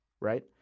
Right